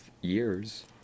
years